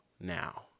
now